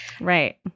right